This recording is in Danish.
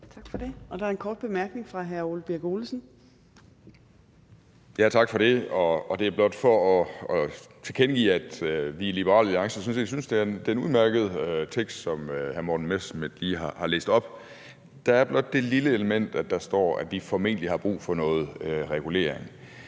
det. Der er en kort bemærkning fra hr. Ole Birk Olesen. Kl. 15:14 Ole Birk Olesen (LA): Tak for det. Jeg vil blot tilkendegive, at vi i Liberal Alliance sådan set synes, at det er en udmærket tekst, som hr. Morten Messerschmidt lige har læst op. Der er blot det lille element, at der står, at der formentlig er brug for noget regulering.